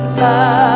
love